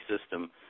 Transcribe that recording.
system